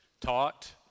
taught